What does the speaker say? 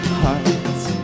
hearts